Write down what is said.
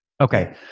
Okay